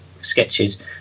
sketches